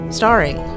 Starring